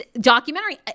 documentary